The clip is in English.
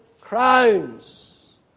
crowns